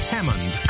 Hammond